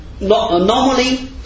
normally